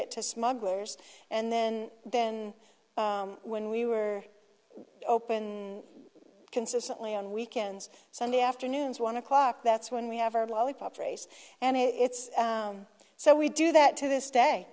it to smugglers and then then when we were open consistently on weekends sunday afternoons one o'clock that's when we have our lollipop race and it's so we do that to this day